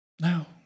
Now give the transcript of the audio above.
No